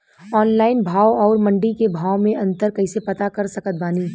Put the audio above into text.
Online भाव आउर मंडी के भाव मे अंतर कैसे पता कर सकत बानी?